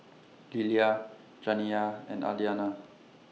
Lillia Janiya and Aliana